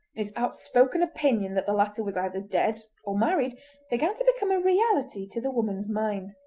his outspoken opinion that the latter was either dead or married began to become a reality to the woman's mind.